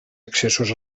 accessos